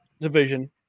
division